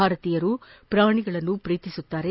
ಭಾರತೀಯರು ಪ್ರಾಣಿಗಳನ್ನು ಪ್ರೀತಿಸುತ್ತಾರೆ